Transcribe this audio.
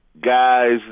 guys